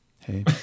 Hey